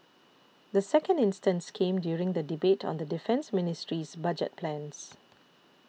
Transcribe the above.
the second instance came during the debate on the Defence Ministry's budget plans